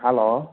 hello